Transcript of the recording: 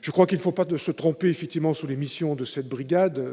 Je crois qu'il ne faut pas se tromper effectivement sur les missions de cette brigade :